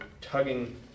tugging